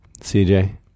CJ